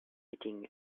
sitting